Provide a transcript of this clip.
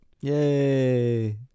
yay